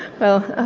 well,